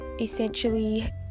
essentially